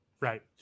Right